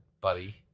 buddy